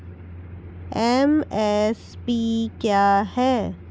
MSP क्या है?